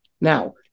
Now